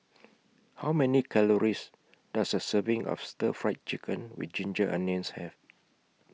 How Many Calories Does A Serving of Stir Fried Chicken with Ginger Onions Have